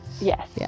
yes